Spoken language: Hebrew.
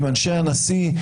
עם אנשי הנשיא,